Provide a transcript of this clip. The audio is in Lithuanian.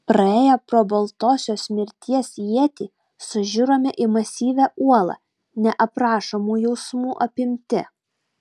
praėję pro baltosios mirties ietį sužiurome į masyvią uolą neaprašomų jausmų apimti